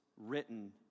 written